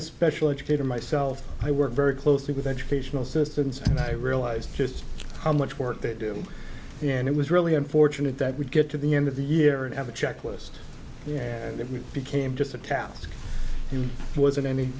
a special educator myself i work very closely with educational systems and i realize just how much work they do and it was really unfortunate that we'd get to the end of the year and have a checklist and it became just a task and it wasn't any